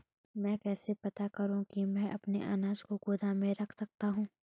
मैं कैसे पता करूँ कि मैं अपने अनाज को गोदाम में रख सकता हूँ?